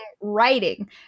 writing